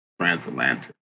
Transatlantic